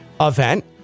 event